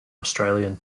australian